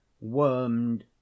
wormed